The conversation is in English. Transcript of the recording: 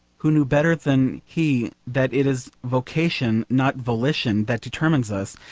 who knew better than he that it is vocation not volition that determines us,